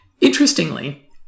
Interestingly